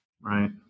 Right